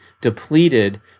depleted